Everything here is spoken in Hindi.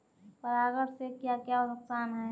परागण से क्या क्या नुकसान हैं?